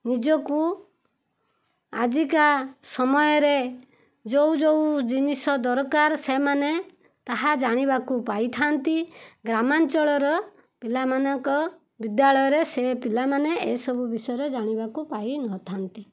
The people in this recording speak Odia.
ନିଜକୁ ଆଜିକା ସମୟରେ ଯେଉଁଯେଉଁ ଜିନିଷ ଦରକାର ସେମାନେ ତାହା ଜାଣିବାକୁ ପାଇଥାନ୍ତି ଗ୍ରାମାଞ୍ଚଳର ପିଲାମାନଙ୍କ ବିଦ୍ୟାଳୟରେ ସେ ପିଲାମାନେ ଏସବୁ ବିଷୟରେ ଜାଣିବାକୁ ପାଇନଥାନ୍ତି